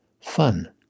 fun